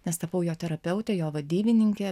nes tapau jo terapeute jo vadybininke